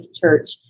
Church